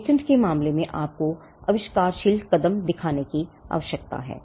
patent के मामले में आपको आविष्कारशील कदम दिखाने की जरूरत है